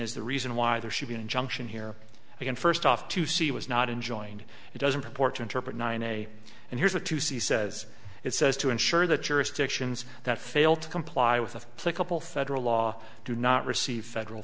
is the reason why there should be an injunction here and first off to see was not enjoined it doesn't purport to interpret nine a and here's a to see says it says to ensure that jurisdictions that fail to comply with of play couple federal law do not receive federal